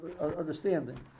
understanding